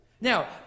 Now